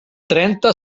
trenta